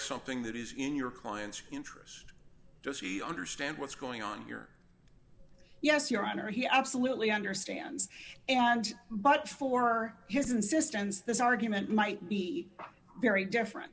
something that is in your client's interest does he understand what's going on here yes your honor he absolutely understands and but for his insistence this argument might be very different